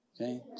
okay